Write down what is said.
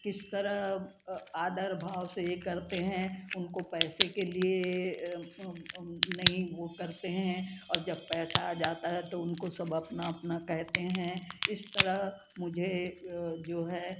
किस तरह आदर भाव से ये करते हैं उनको पैसे के लिए नहीं वो करते हैं और जब पैसा आ जाता है तो उनको सब अपना अपना कहते हैं इस तरह मुझे जो है